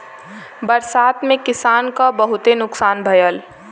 बरसात में किसान क बहुते नुकसान भयल